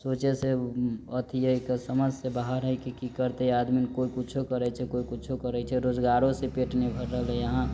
सोचे से अथि है क समझ से बाहर है की की करतै आदमी कोइ कुछो करै छै कोइ कुछो करै छै रोजगारो से पेट नै भर रहलै यहाँ